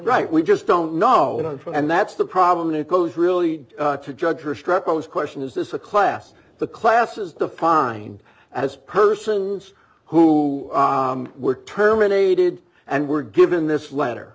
right we just don't know and that's the problem and it goes really to judge or struck on this question is this a class the classes defined as persons who were terminated and were given this letter